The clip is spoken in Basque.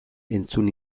entzun